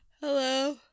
Hello